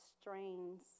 strains